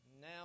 Now